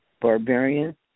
barbarian